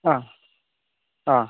ആ ആ